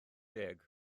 deg